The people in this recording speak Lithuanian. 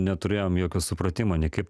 neturėjom jokio supratimo nei kaip